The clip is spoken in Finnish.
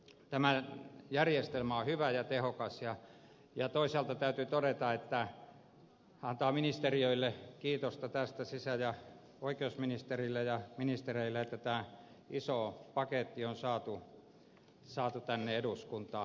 tämä järjestelmä on hyvä ja tehokas ja toisaalta täytyy antaa kiitosta tästä sisä ja oikeusministerille ja ministereille että tämä iso paketti on saatu eduskuntaan